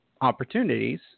opportunities